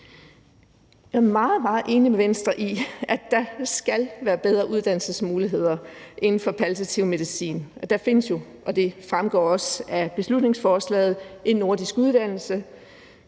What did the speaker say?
meget, meget enig med Venstre i, at der skal være bedre uddannelsesmuligheder inden for palliativ medicin. Der findes jo – og det fremgår også af beslutningsforslaget – en nordisk uddannelse,